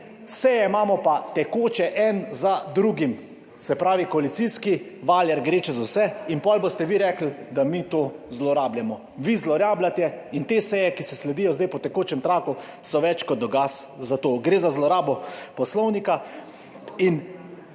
seje imamo pa tekoče eno za drugo se pravi, koalicijski valjar gre čez vse in potem boste vi rekli, da mi to zlorabljamo. Vi zlorabljate. In te seje, ki si sledijo zdaj po tekočem traku, so več kot dokaz za to. Gre za zlorabo poslovnika in